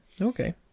Okay